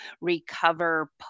recover